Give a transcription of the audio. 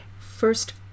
First